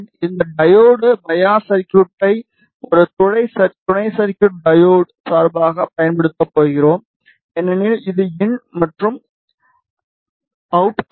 இந்த diode bias சர்க்யூட்டை ஒரு துணை சர்க்யூட் டையோடு சார்பாகப் பயன்படுத்தப் போகிறோம் ஏனெனில் இது இன் மற்றும் அவுட் ஆகும்